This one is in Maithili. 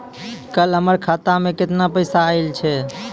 कल हमर खाता मैं केतना पैसा आइल छै?